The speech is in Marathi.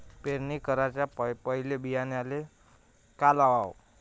पेरणी कराच्या पयले बियान्याले का लावाव?